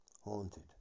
haunted